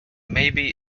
maybe